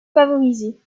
favorisée